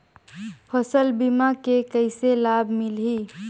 फसल बीमा के कइसे लाभ मिलही?